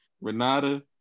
Renata